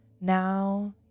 now